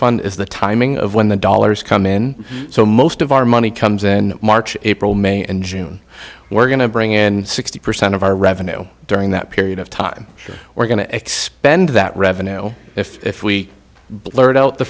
fund is the timing of when the dollars come in so most of our money comes in march april may and june we're going to bring in sixty percent of our revenue during that period of time we're going to expend that revenue if we blurred out the